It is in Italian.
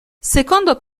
secondo